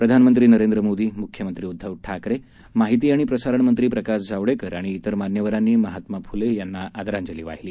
प्रधानमंत्री नरेंद्र मोदी मुख्यमंत्री उद्दव ठाकरे माहिती आणि प्रसारण मंत्री प्रकाश जावडेकर आणि तिर मान्यवरांनी महात्मा फुले यांना आदरांजली वाहिली